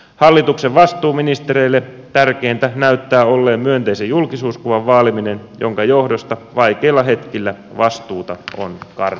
hallituksen vastuuministereille tärkeintä näyttää olleen myönteisen julkisuuskuvan vaaliminen jonka johdosta vaikeilla hetkillä vastuuta on kartettu